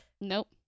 Nope